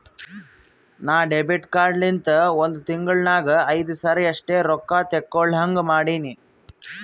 ನಾ debit card ಲಿಂತ ಒಂದ್ ತಿಂಗುಳ ನಾಗ್ ಐಯ್ದು ಸರಿ ಅಷ್ಟೇ ರೊಕ್ಕಾ ತೇಕೊಳಹಂಗ್ ಮಾಡಿನಿ